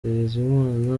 bizimana